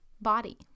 body